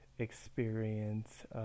experience